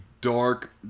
dark